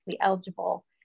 eligible